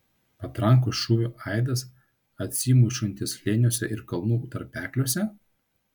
patrankos šūvio aidas atsimušantis slėniuose ir kalnų tarpekliuose